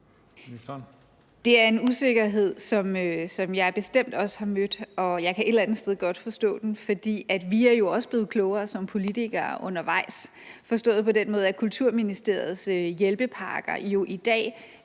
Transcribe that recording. Der er en usikkerhed, som jeg bestemt også har mødt, og jeg kan et eller andet sted godt forstå den. For vi er jo også blevet klogere som politikere undervejs, forstået på den måde, at Kulturministeriets hjælpepakker jo i dag